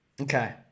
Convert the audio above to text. Okay